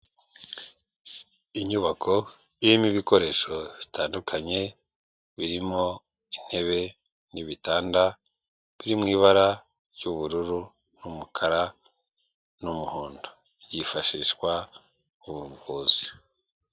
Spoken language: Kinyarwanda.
Inyubako irimo ibikoresho bitandukanye birimo intebe n'ibitanda biri mu ibara ry'ubururu n'umukara n'umuhondo byifashishwa mu buvuzi.